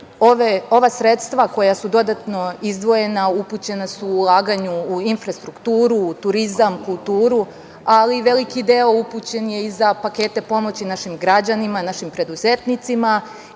ova sredstava koja su dodatno izdvojena, upućena su ulaganju u infrastrukturu, u turizam, kulturu, ali veliki deo upućen je i za pakete pomoći našim građanima, našim preduzetnicima.